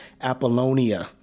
Apollonia